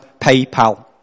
PayPal